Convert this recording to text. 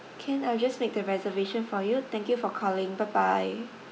can I just make the reservation for you thank you for calling bye bye